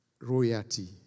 Royalty